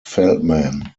feldman